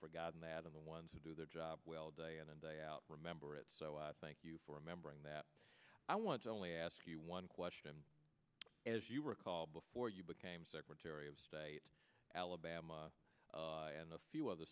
forgotten that in the ones who do their job well day in and day out remember it so i thank you for remembering that i want to only ask you one question and as you recall before you became secretary of state alabama and a few other